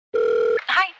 Hi